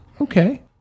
Okay